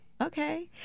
Okay